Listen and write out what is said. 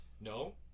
No